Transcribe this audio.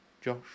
Josh